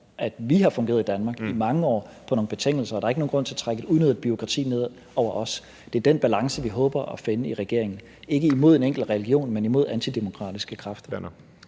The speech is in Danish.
at vi har fungeret i Danmark i mange år på nogle betingelser, og der er ikke nogen grund til at trække et unødigt bureaukrati ned over os. Det er den balance, vi i regeringen håber at finde, ikke imod en enkelt religion, men imod antidemokratiske kræfter.